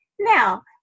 Now